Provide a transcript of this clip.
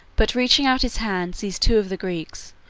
but reaching out his hand seized two of the greeks,